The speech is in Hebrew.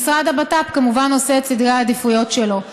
משרד הבט"פ כמובן עושה את סדרי העדיפויות שלו.